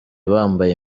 bambaye